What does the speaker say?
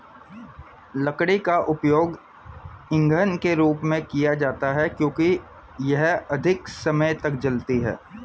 लकड़ी का उपयोग ईंधन के रूप में किया जाता है क्योंकि यह अधिक समय तक जलती है